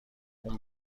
اون